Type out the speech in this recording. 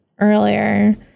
earlier